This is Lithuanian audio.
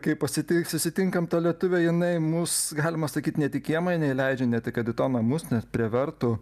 kaip pasitiks susitinkam tą lietuvę jinai mus galima sakyt net į kiemą neįleidžia ne tai kad to namus nes prie vartų